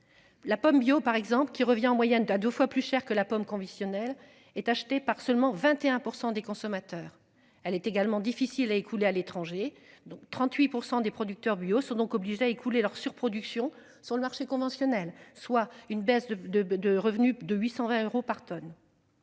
La pomme bio par exemple qui revient en moyenne à 2 fois plus cher que la pomme conditionnel est acheté par seulement 21% des consommateurs. Elle est également difficile à écouler à l'étranger donc 38% des producteurs bio sont donc obligés à écouler leur surproduction sur le marché conventionnel, soit une baisse de de de revenu de 820 euros par tonne.